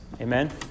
Amen